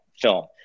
film